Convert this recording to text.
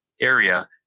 area